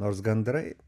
nors gandrai